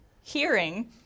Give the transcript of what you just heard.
hearing